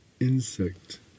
insect